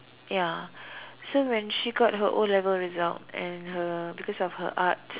ya so when she got her O-level result and her because of her art